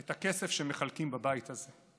את הכסף שמחלקים בבית הזה.